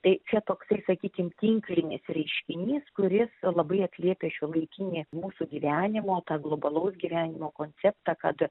tai čia toksai sakykim tinklinis reiškinys kuris labai atliepia šiuolaikinį mūsų gyvenimo tą globalaus gyvenimo konceptą kad